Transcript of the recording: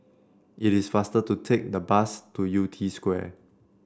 it is faster to take the bus to Yew Tee Square